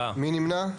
מי נמנע?